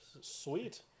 Sweet